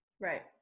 Right